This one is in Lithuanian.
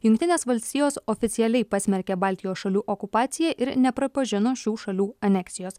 jungtinės valstijos oficialiai pasmerkė baltijos šalių okupaciją ir neprapažino šių šalių aneksijos